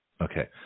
Okay